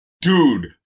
Dude